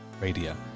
Radio